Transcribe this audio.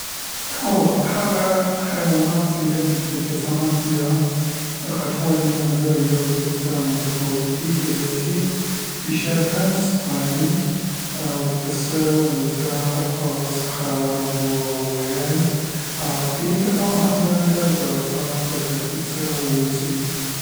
هوو، هغه حیوانات څې یا د جسامت یا غټوالي له نظره یو د بل سره متفاوت دي کیدای شي پيشکه، سپی او پسه، وزه، اس خر او غوا او غوايی، ا فیل او همدارنګه زرافه په ترتیب سره واوسیګي.